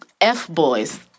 F-boys